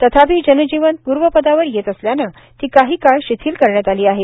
तथापि जनजीवन पूर्वपदावर येत असल्याने ती काही काळ शिथील करण्यात आली आहे